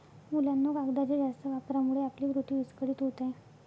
मुलांनो, कागदाच्या जास्त वापरामुळे आपली पृथ्वी विस्कळीत होत आहे